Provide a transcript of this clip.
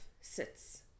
sits